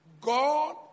God